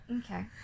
Okay